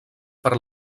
per